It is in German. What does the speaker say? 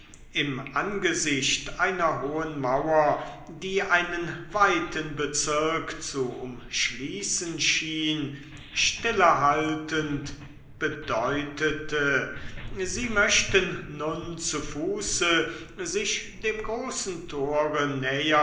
im angesicht einer hohen mauer die einen weiten bezirk zu umschließen schien stillehaltend bedeutete sie möchten nun zu fuße sich dem großen tore nähern